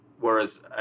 Whereas